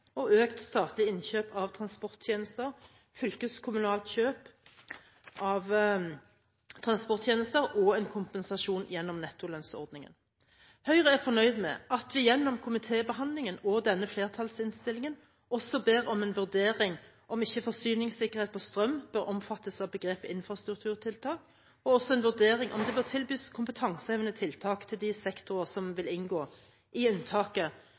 og økt statlig innkjøp av transporttjenester, fylkeskommunalt kjøp av transporttjenester og en kompensasjon gjennom nettolønnsordningen. Høyre er fornøyd med at vi gjennom komitébehandlingen og denne flertallsinnstillingen også ber om en vurdering av om ikke forsyningssikkerhet på strøm bør omfattes av begrepet infrastrukturtiltak, og en vurdering av om det bør tilbys kompetansehevende tiltak til de sektorene som vil inngå i unntaket